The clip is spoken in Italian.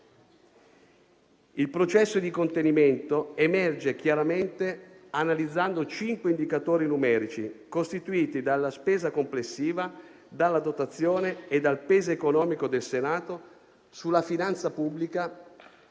Il processo di contenimento emerge chiaramente analizzando cinque indicatori numerici costituiti dalla spesa complessiva, dalla dotazione e dal peso economico del Senato sulla finanza pubblica,